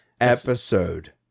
Episode